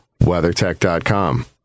WeatherTech.com